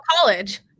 college